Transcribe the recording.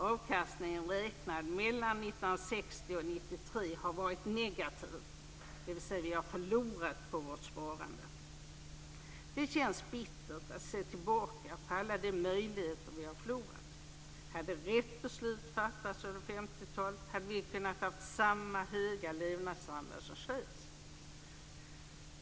Avkastningen räknad mellan 1960 och 1993 har varit negativ, dvs. vi har förlorat på vårt sparande. Det känns bittert att se tillbaka på alla de möjligheter vi har förlorat. Hade rätt beslut fattats under 50-talet, hade vi kunnat ha samma höga levnadsstandard som Schweiz.